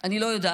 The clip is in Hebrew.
אני לא יודעת,